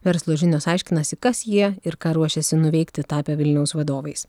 verslo žinios aiškinasi kas jie ir ką ruošiasi nuveikti tapę vilniaus vadovais